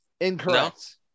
incorrect